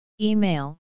Email